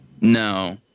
No